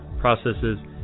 processes